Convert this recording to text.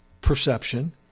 perception